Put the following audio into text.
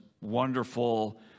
wonderful